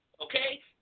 okay